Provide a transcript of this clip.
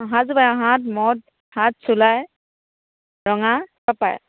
অঁ সাঁজো পায় সাঁজ মদ সাঁজ চুলাই ৰঙা চব পায়